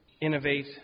innovate